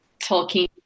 Tolkien